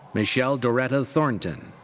michelle doretta thornton.